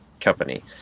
company